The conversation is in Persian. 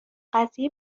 قضیه